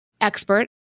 expert